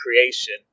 creation